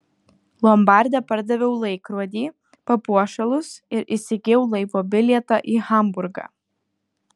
lombarde pardaviau laikrodį papuošalus ir įsigijau laivo bilietą į hamburgą